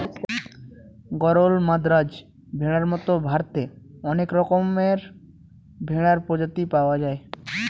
গরল, মাদ্রাজ ভেড়ার মতো ভারতে অনেক রকমের ভেড়ার প্রজাতি পাওয়া যায়